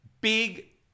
big